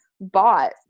bought